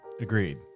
Agreed